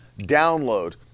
download